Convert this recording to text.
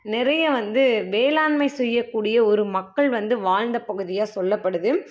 நிறைய வந்து வேளாண்மை செய்யக்கூடிய ஒரு மக்கள் வந்து வாழ்ந்த பகுதியாக சொல்லப்படுது